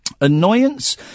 annoyance